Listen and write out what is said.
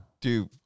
Dude